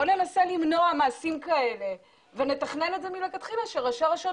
בוא ננסה למנוע מעשים כאלה ונתכנן את זה מלכתחילה כדי שראשי הרשויות